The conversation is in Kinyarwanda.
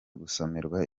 gusomerwa